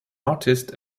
artist